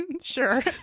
Sure